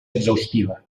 exhaustiva